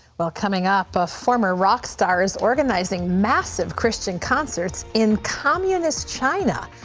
ah coming up, a former rock star is organizing massive christian concerts in communist china.